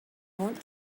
want